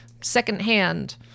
secondhand